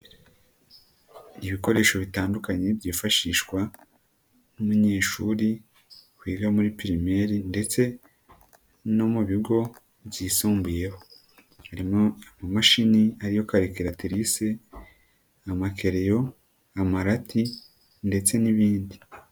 Ibikoresho bitandukanye byifashishwa n'umunyeshuri wiga muri pirimeri ndetse no mu bigo byisumbuyeho harimo imashini ariyo karikiratirise, amakerereyo, amarati ndetse n'ibindi.